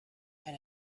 and